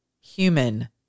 human